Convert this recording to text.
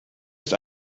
ist